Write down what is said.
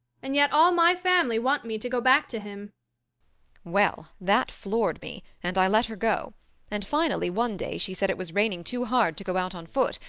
and yet all my family want me to go back to him well, that floored me, and i let her go and finally one day she said it was raining too hard to go out on foot,